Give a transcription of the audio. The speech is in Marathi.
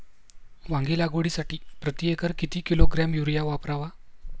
वांगी लागवडीसाठी प्रती एकर किती किलोग्रॅम युरिया वापरावा?